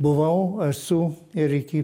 buvau esu ir iki